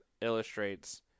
illustrates